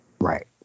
Right